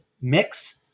mix